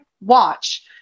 watch